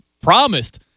promised